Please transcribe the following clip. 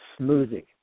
Smoothie